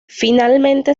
finalmente